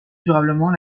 durablement